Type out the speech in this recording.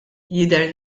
jidher